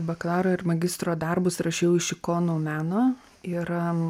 bakalauro ir magistro darbus rašiau iš ikonų meno yra